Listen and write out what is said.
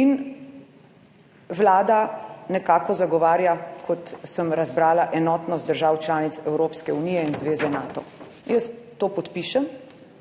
in Vlada nekako zagovarja, kot sem razbrala, enotnost držav članic Evropske unije in zveze Nato. Jaz to podpišem,